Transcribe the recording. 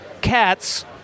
cats